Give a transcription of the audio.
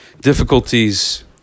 difficulties